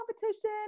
competition